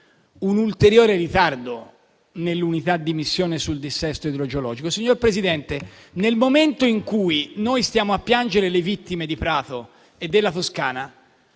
un ulteriore ritardo nell'unità di missione sul dissesto idrogeologico. Signor Presidente, nel momento in cui noi piangiamo le vittime di Prato e di tutta la Toscana,